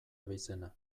abizena